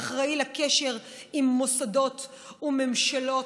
האחראי לקשר עם מוסדות וממשלות,